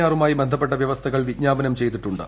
ആറുമായി ബന്ധപ്പെട്ട വൃവസ്ഥകൾ വിജ്ഞാപനം ചെയ്തിട്ടുണ്ട്